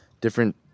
different